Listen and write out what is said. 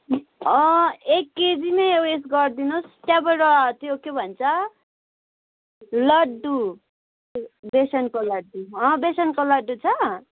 एक केजी नै उयो गरिदिनु होस् त्यहाँबाट त्यो के भन्छ लड्डु बेसनको लड्डु बेसनको लड्डु छ